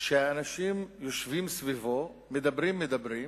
שהאנשים יושבים סביבו, מדברים, מדברים,